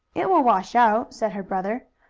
it will wash out, said her brother.